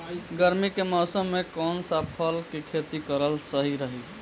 गर्मी के मौषम मे कौन सा फसल के खेती करल सही रही?